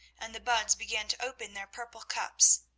and the buds began to open their purple cups.